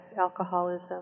alcoholism